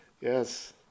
Yes